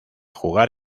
jugar